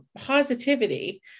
positivity